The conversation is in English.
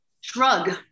shrug